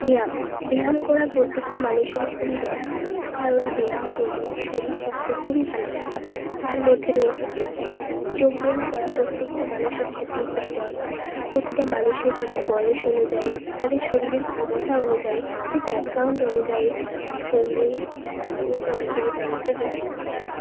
ব্যায়াম ব্যায়াম করা প্রত্যেকটা মানুষেরই খুবই দরকার কারণ ব্যায়াম করলে শরীর স্বাস্থ্য খুবই ভালো থাকে তার মধ্যে রয়েছে যোগব্যায়াম যোগব্যায়াম করা প্রত্যেকটা মানুষের ক্ষেত্রেই খুবই দরকার প্রতিটা মানুষের তাদের বয়স অনুযায়ী তাদের শরীরের ক্ষমতা অনুযায়ী তাদের ব্যাকগ্রাউন্ড অনুযায়ী শরীরের ক্ষমতা অনুযায়ী তাদেরকে ব্যায়াম করতে হয়